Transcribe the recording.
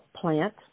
plant